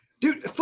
Dude